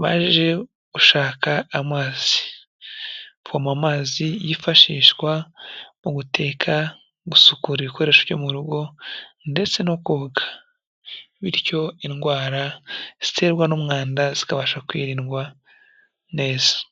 baje gushaka amazi, kuvoma amazi yifashishwa mu guteka, gusukura ibikoresho byo mu rugo, ndetse no koga, bityo indwara ziterwa n'umwanda zikabasha kwirindwa neza.